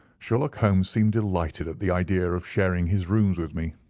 sherlock holmes seemed delighted at the idea of sharing his rooms with me.